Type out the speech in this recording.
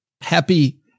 Happy